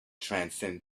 transcend